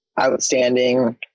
outstanding